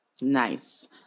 Nice